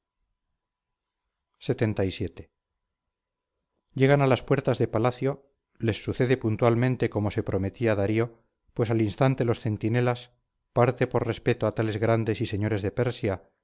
felices agüeros lxxvii llegan a las puertas de palacio les sucede puntualmente como se prometía darío pues al instante los centinelas parte por respecto a tales grandes y señores de persia